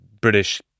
British